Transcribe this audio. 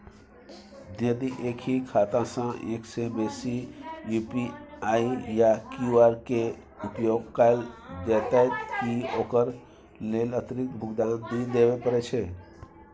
यदि एक ही खाता सं एक से बेसी यु.पी.आई या क्यू.आर के उपयोग कैल जेतै त की ओकर लेल अतिरिक्त भुगतान भी देबै परै छै?